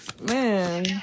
Man